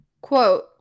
Quote